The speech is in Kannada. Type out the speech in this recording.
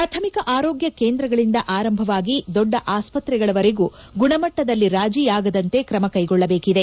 ಪ್ರಾಥಮಿಕ ಆರೋಗ್ಯ ಕೇಂದ್ರಗಳಿಂದ ಆರಂಭವಾಗಿ ದೊಡ್ಡ ಆಸ್ವತ್ರೆಗಳವರೆಗೂ ಗುಣಮಟ್ಟದಲ್ಲಿ ರಾಜಿಯಾಗದಂತೆ ಕ್ರಮ ಕೈಗೊಳ್ಳಬೇಕಿದೆ